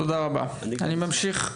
תודה רבה, אני ממשיך.